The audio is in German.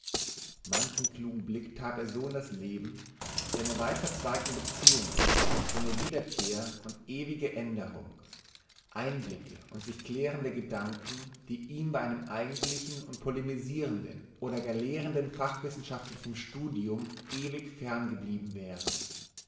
manchen klugen blick tat er so in das leben seine weitverzweigten beziehungen seine wiederkehr und ewige änderung einblicke und sich klärende gedanken die ihm bei einem eigentlichen und polemisierenden oder gar lehrenden fachwissenschaftlichen studium ewig fern geblieben wären